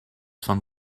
von